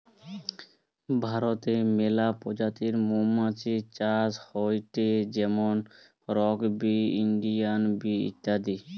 ভারতে মেলা প্রজাতির মৌমাছি চাষ হয়টে যেমন রক বি, ইন্ডিয়ান বি ইত্যাদি